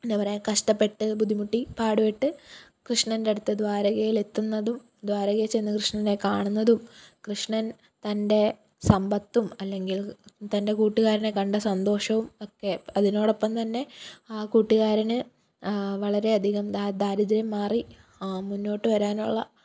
എന്താ പറയുക കഷ്ടപ്പെട്ട് ബുദ്ധിമുട്ടി പാടുപെട്ട് കൃഷ്ണന്റെ അടുത്ത് ദ്വാരകയിലെത്തുന്നതും ദ്വാരകയിൽച്ചെന്ന് കൃഷ്ണനെ കാണുന്നതും കൃഷ്ണന് തന്റെ സമ്പത്തും അല്ലെങ്കില് തന്റെ കൂട്ടുകാരനെ കണ്ട സന്തോഷവും ഒക്കെ അതിനോടൊപ്പംതന്നെ ആ കൂട്ടുകാരന് വളരെ അധികം ദാരിദ്രം മാറി മുന്നോട്ട് വരാനുള്ള